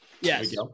Yes